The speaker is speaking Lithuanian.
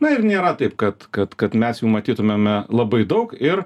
na ir nėra taip kad kad kad mes jų matytumėme labai daug ir